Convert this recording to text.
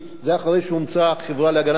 אחרי שהומצאה החברה להגנת ים-המלח.